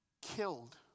killed